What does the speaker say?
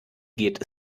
geht